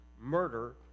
murder